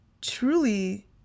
truly